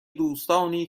دوستانی